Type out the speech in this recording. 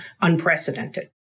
unprecedented